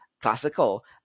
Classical